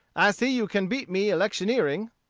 i see you can beat me electioneering.